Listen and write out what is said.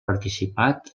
participat